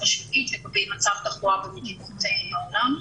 השנתית לגבי מצב התחלואה במדינות העולם.